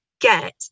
get